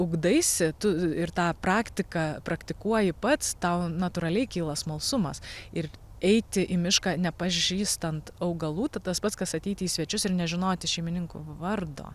ugdaisi tu ir tą praktiką praktikuoji pats tau natūraliai kyla smalsumas ir eiti į mišką nepažįstant augalų tai tas pats kas ateiti į svečius ir nežinoti šeimininkų vardo